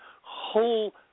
whole